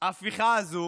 שההפיכה הזו